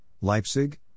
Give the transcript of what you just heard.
Leipzig